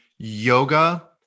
Yoga